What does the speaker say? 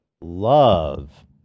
love